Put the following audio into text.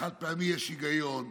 לחד-פעמי יש היגיון,